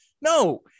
no